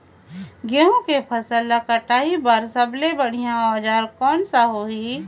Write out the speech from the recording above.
गहूं के फसल ला कटाई बार सबले बढ़िया औजार कोन सा होही?